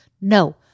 No